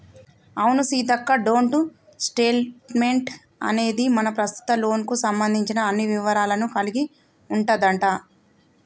అవును సీతక్క డోంట్ స్టేట్మెంట్ అనేది మన ప్రస్తుత లోన్ కు సంబంధించిన అన్ని వివరాలను కలిగి ఉంటదంట